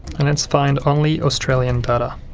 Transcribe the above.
and let's find only australian data.